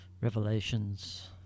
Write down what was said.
revelations